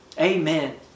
Amen